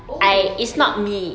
oh okay